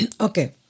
Okay